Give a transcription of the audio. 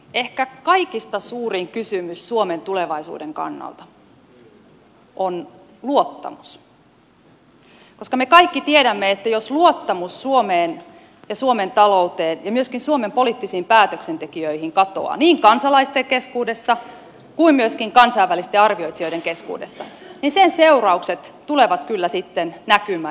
ehkä kaikista suurin kysymys suomen tulevaisuuden kannalta on luottamus koska me kaikki tiedämme että jos luottamus suomeen ja suomen talouteen ja myöskin suomen poliittisiin päätöksentekijöihin katoaa niin kansalaisten keskuudessa kuin myöskin kansainvälisten arvioitsijoiden keskuudessa sen seuraukset tulevat kyllä sitten näkymään ja tuntumaan